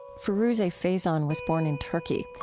feruze and faison was born in turkey.